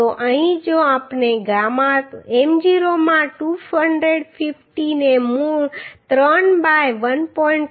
તો અહીં જો આપણે ગામા m0 માં 250 ને મૂળ 3 બાય 1